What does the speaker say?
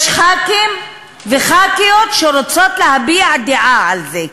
יש ח"כים וח"כיות שרוצות להביע דעה על זה,